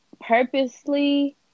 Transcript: purposely